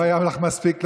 לא היה לך מספיק,